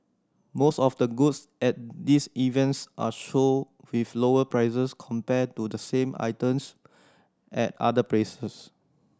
most of the goods at these events are sold with lower prices compared to the same items at other places